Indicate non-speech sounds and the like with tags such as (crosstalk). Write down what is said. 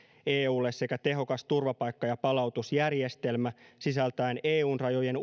eulle sekä tehokas turvapaikka ja palautusjärjestelmä sisältäen eun rajojen (unintelligible)